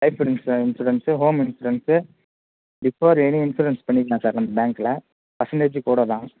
life insurance home insurance before any insurance பண்ணிக்கலாம் sir நம்ம பேங்க்கில் பர்சண்டேஜி கூடதான்